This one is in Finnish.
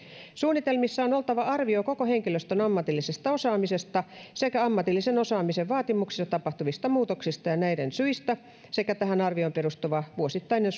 suunnitelmissa on on oltava arvio koko henkilöstön ammatillisesta osaamisesta sekä ammatillisen osaamisen vaatimuksissa tapahtuvista muutoksista ja näiden syistä sekä tähän arvioon perustuva vuosittainen